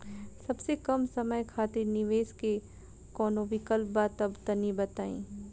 सबसे कम समय खातिर निवेश के कौनो विकल्प बा त तनि बताई?